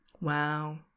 Wow